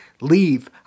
leave